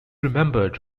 remembered